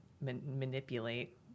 manipulate